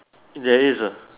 there is uh